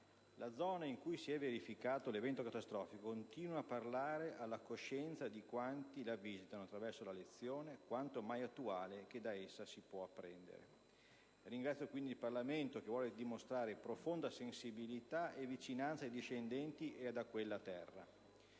La zona in cui si è verificato l'evento catastrofico continua a parlare alla coscienza di quanti la visitano attraverso la lezione, quanto mai attuale, che da esso si può apprendere. Ringrazio quindi il Parlamento che vuole dimostrare profonda sensibilità e vicinanza ai discendenti e a quella terra.